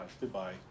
Goodbye